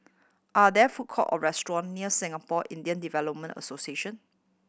are there food court or restaurant near Singapore Indian Development Association